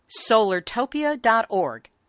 solartopia.org